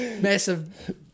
massive